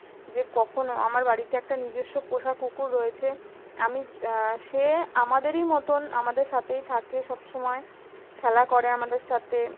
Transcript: যে কখনো আমার বাড়িতে একটা নিজস্ব পোষা কুকুর রয়েছে আমি সে আমাদেরই মতোন আমাদের সাথেই থাকে সব সময় খেলা করে আমাদের সাথে